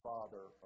Father